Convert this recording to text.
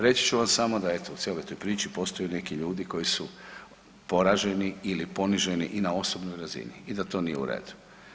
Reći ću vam samo da eto u cijeloj toj priči postoje neki ljudi koji su poraženi ili poniženi i na osobnoj razini i da to nije u redu.